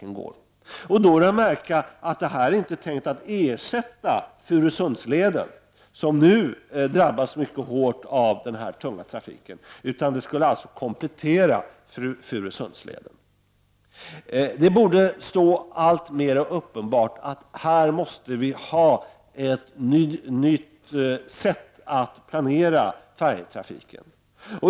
Det märkliga i detta sammanhang är att detta projekt inte är tänkt att ersätta Furusundsleden, som nu drabbas mycket hårt av den här tunga trafiken, utan projektet skulle bara komplettera Furusundsleden. Det borde vara alltmer uppenbart att vi här måste ha en ny form av planering i fråga om färjetrafiken.